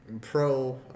pro